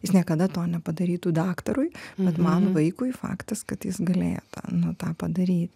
jis niekada to nepadarytų daktarui bet man vaikui faktas kad jis galėjo tą nu tą padaryt